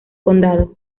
condado